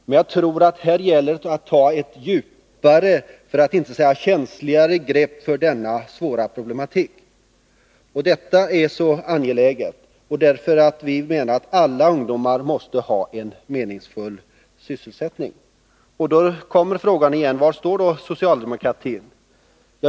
Men jag tror att det här gäller att ta ett djupare, för att inte säga känsligare, grepp på denna svåra problematik. Detta är angeläget därför att vi menar att alla ungdomar måste ha meningsfull sysselsättning. Då kommer frågan igen: Var står socialdemokratin?